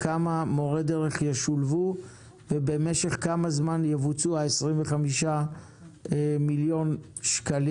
כמה מורי דרך ישולבו ובמשך כמה זמן יבוצעו ה-25,000,000 ₪.